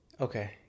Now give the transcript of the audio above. Okay